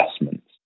investments